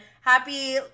happy